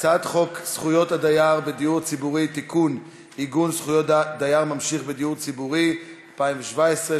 הצעת החוק הדרכה שיקומית לאדם עם עיוורון או לקות ראייה אושרה,